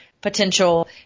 potential